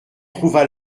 trouva